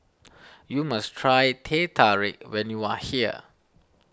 you must try Teh Tarik when you are here